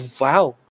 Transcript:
Wow